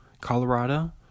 Colorado